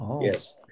Yes